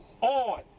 on